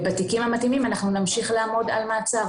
ובתיקים המתאימים אנחנו נמשיך לעמוד על מעצר